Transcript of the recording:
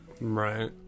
Right